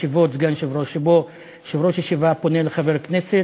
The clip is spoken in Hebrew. שבו יושב-ראש ישיבה פונה לחבר כנסת